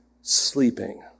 sleeping